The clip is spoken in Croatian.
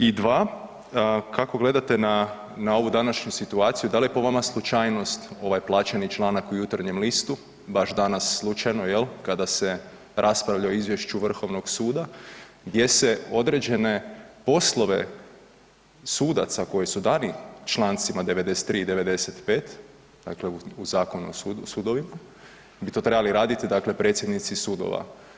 I 2. kako gledate na, na ovu današnju situaciju, dal je po vama slučajnost ovaj plaćeni članak u „Jutarnjem listu“ baš danas slučajno jel kada se raspravlja o izvješću vrhovnog suda gdje se određene poslove sudaca koji su dani u čl. 93. i 95., dakle u Zakonu o sudovima, bi to trebali radit dakle predsjednici sudova.